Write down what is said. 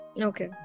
Okay